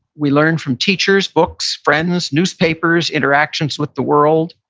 we learned from teachers, books, friends, newspapers, interactions with the world,